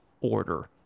order